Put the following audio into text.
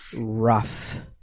rough